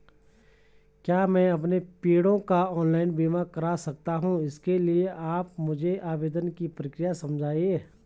क्या मैं अपने पेड़ों का ऑनलाइन बीमा करा सकता हूँ इसके लिए आप मुझे आवेदन की प्रक्रिया समझाइए?